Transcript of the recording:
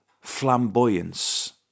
flamboyance